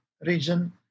region